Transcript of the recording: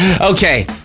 Okay